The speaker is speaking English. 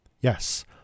Yes